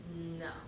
No